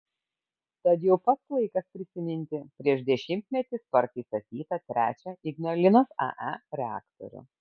tad jau pats laikas prisiminti prieš dešimtmetį sparčiai statytą trečią ignalinos ae reaktorių